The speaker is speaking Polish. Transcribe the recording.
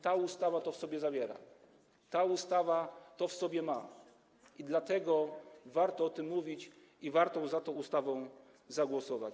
Ta ustawa to w sobie zawiera, ta ustawa to w sobie ma, dlatego warto o tym mówić i warto za tą ustawą zagłosować.